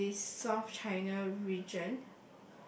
in the South China region